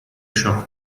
ciò